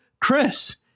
Chris